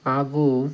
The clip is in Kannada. ಹಾಗೂ